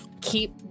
keep